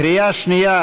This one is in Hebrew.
קריאה שנייה,